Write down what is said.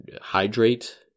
hydrate